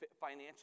financial